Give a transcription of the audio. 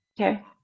okay